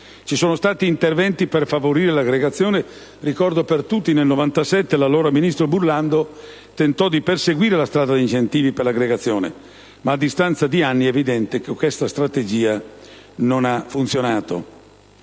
Ci sono stati interventi per favorire l'aggregazione. Ricordo per tutti che nel 1997 l'allora ministro Burlando tentò di perseguire la strada degli incentivi per l'aggregazione, ma a distanza di anni è evidente che quella strategia non ha funzionato.